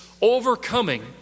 overcoming